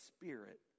spirit